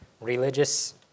religious